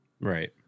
Right